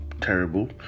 terrible